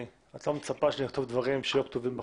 את לא מצפה שאני אכתוב דברים שלא כתובים בחוק.